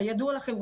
כידוע לכם,